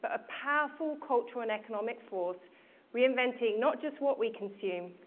but powerful cultural and economic force reinventing not just what we consume,